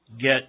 get